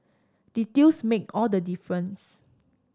details make all the difference